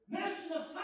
National